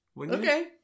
okay